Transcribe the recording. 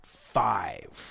Five